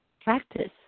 practice